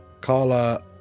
Carla